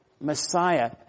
Messiah